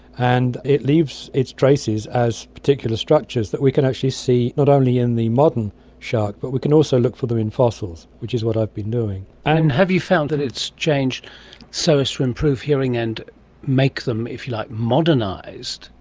and it leaves its traces as particular structures that we can actually see not only in the modern shark but we can also look for them in fossils, which is what i've been doing. and have you found that it has changed so as to improve hearing and make them, if you like, modernised?